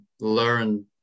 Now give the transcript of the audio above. learn